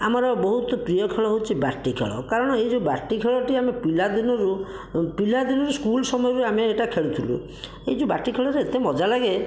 ଆମର ବହୁତ ପ୍ରିୟ ଖେଳ ହେଉଛି ବାଟି ଖେଳ କାରଣ ଏହି ଯେଉଁ ବାଟି ଖେଳଟି ଆମେ ପିଲାଦିନରୁ ପିଲା ଦିନରୁ ସ୍କୁଲ୍ ସମୟରୁ ଆମେ ଏଇଟା ଖେଳୁଥିଲୁ ଏହି ଯେଉଁ ବାଟି ଖେଳରେ ଏତେ ମଜା ଲାଗେ